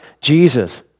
Jesus